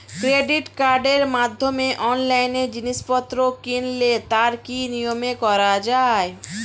Credit কার্ডের মাধ্যমে অনলাইনে জিনিসপত্র কিনলে তার কি নিয়মে করা যায়?